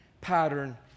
pattern